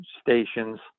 stations